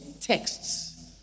texts